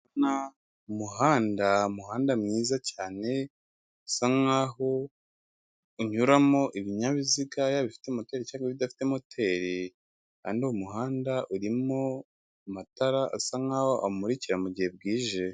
Ndabona umuhanda umuhanda mwiza cyane usa nkaho unyuramo ibinyabiziga bifite moteri cyangwa urimo amatara asa nkaho awumurikira mugihe bwije.